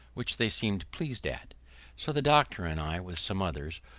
which they seemed pleased at. so the doctor and i, with some others,